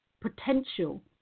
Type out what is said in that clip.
potential